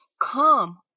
come